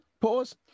pause